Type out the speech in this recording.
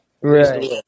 Right